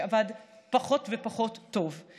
שעבד פחות ופחות טוב.